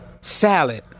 salad